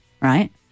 Right